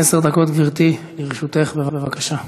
עשר דקות, גברתי, לרשותך, בבקשה.